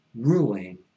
ruling